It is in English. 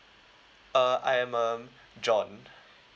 uh I'm um john